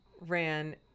ran